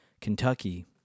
Kentucky